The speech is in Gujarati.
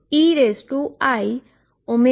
તેથી તે eiωt kx dk હશે